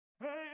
Hey